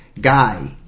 guy